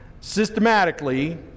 systematically